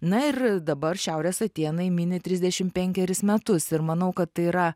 na ir dabar šiaurės atėnai mini trisdešim penkerius metus ir manau kad tai yra